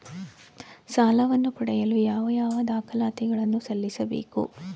ಸಾಲವನ್ನು ಪಡೆಯಲು ಯಾವ ಯಾವ ದಾಖಲಾತಿ ಗಳನ್ನು ಸಲ್ಲಿಸಬೇಕು?